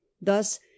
thus